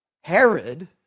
Herod